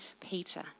Peter